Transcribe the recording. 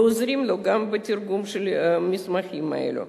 ועוזרים לו גם בתרגום של המסמכים האלה.